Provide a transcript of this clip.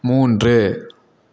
மூன்று